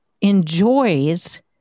enjoys